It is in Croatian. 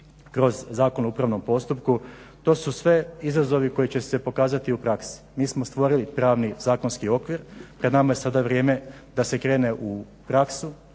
kroz Zakon o upravnom postupku, to su sve izazovi koji će se pokazati u praksi. Mi smo stvorili pravni zakonski okvir, pred nama je sada vrijeme da se krene u praksu,